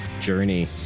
journey